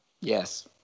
Yes